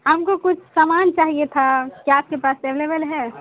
ہم کو کچھ سامان چاہیے تھا کیا آپ کے پاس اویلیبل ہے